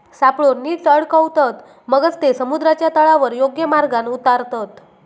सापळो नीट अडकवतत, मगच ते समुद्राच्या तळावर योग्य मार्गान उतारतत